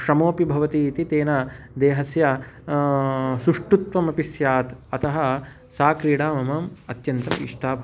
श्रमोपि भवति इति तेन देहस्य सुष्ठुत्वम् अपि स्यात् अतः सा क्रीडा मम अत्यन्तम् इष्टा